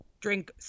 drink